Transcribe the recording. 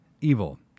evil